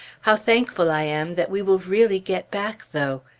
how thankful i am that we will really get back, though!